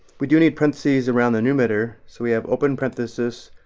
we do need parentheses around the numerator, so we have open parenthesis,